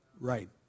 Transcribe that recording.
Right